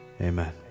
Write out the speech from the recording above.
Amen